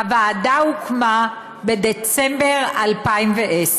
הוועדה הוקמה בדצמבר 2010,